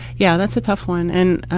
yeah, that's a tough one and